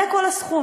זה כל הסכום,